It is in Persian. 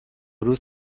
روز